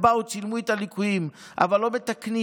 הם באו וצילמו את הליקויים, אבל לא מתקנים.